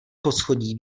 poschodí